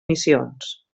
missions